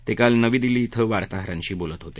ते काल नवी दिल्ली इथं वार्ताहरांशी बोलत होते